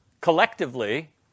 collectively